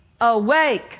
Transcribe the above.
awake